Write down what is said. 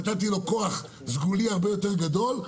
נתתי לו כוח סגולי הרבה יותר גדול,